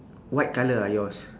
white colour ah yours